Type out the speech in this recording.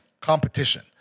competition